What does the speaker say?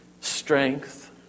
strength